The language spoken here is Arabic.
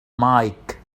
مايك